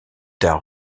tard